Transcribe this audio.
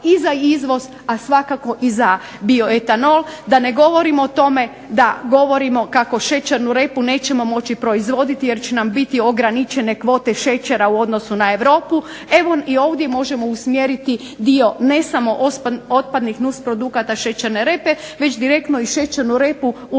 i za izvoz, a svakako za bio etanol, da ne govorimo o tome da govorimo kako šećernu repu nećemo moći proizvoditi jer će nam biti ograničene kvote šećera u odnosu na Europu. Evo i ovdje možemo usmjeriti dio ne samo otpadnih nus projekata šećerne repe već direktno šećernu repu u